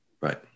Right